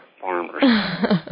farmers